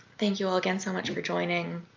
thank you all again so much for joining.